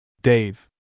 Dave